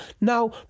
now